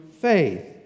faith